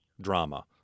drama